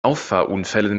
auffahrunfällen